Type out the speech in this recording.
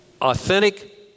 Authentic